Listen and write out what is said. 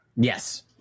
Yes